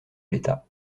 l’état